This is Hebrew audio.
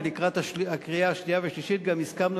ולקראת הקריאה השנייה והשלישית גם הסכמנו